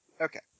Okay